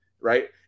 Right